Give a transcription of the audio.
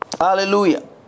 Hallelujah